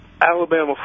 alabama